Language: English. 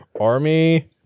army